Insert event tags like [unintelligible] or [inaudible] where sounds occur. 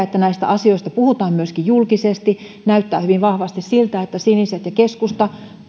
[unintelligible] että näistä asioista puhutaan myöskin julkisesti näyttää hyvin vahvasti siltä että siniset ja keskusta